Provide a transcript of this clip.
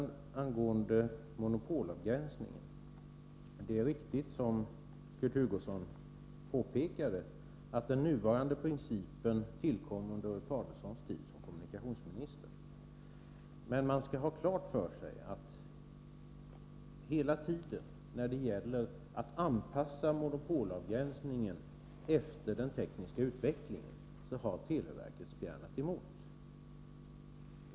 Det är riktigt, som Kurt Hugosson påpekade, att den nuvarande principen för monopolavgränsningen tillkom under Ulf Adelsohns tid som kommunikationsminister. Men man skall ha klart för sig att när det gäller att anpassa monopolavgränsningen efter den tekniska utvecklingen har televerket hela tiden spjärnat emot.